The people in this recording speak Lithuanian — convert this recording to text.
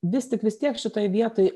vis tik vis tiek šitoj vietoj